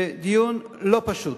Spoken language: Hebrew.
ודיון לא פשוט,